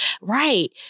right